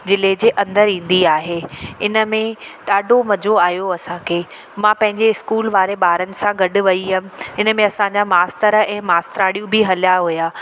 ज़िले जे अंदरि ईंदी आहे इन में ॾाढो मज़ो आहियो असांखे मां पंहिंजे इस्कूल वारे ॿारनि सां गॾु वई हुअमि इन में असां जा मास्तर ऐं मास्तराणियूं बि हलिया हुआ